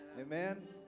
Amen